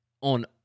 on